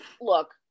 look